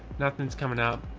nothing's coming up.